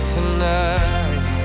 Tonight